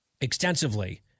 extensively